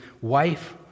wife